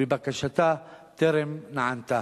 ובקשתה טרם נענתה.